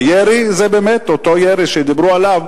הירי זה באמת אותו ירי שדיברו עליו,